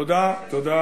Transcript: תודה.